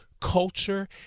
culture